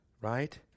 right